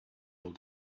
old